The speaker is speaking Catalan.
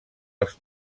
els